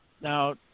Now